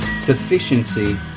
sufficiency